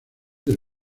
del